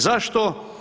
Zašto?